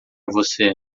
você